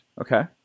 Okay